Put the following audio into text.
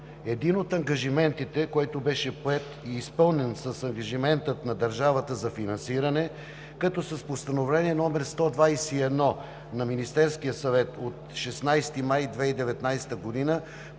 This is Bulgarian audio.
Един от ангажиментите, който беше поет и изпълнен, е ангажиментът на държавата за финансиране, като с Постановление № 121 на Министерския съвет от 16 май 2019 г.